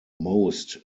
most